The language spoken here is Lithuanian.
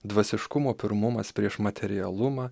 dvasiškumo pirmumas prieš materialumą